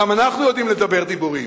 גם אנחנו יודעים לדבר דיבורים.